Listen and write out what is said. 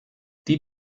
die